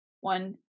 one